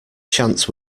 chance